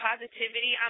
Positivity